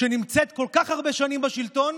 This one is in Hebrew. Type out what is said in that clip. שנמצאת כל כך הרבה שנים בשלטון,